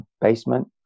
basement